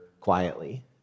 quietly